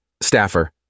staffer